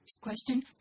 Question